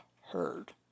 heard